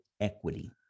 equity